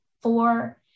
four